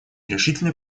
решительной